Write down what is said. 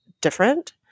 different